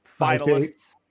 finalists